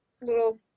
little